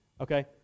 okay